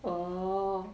orh